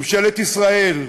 ממשלת ישראל,